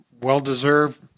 Well-deserved